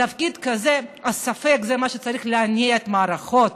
בתפקיד כזה, הספק, זה מה שצריך להניע את המערכות.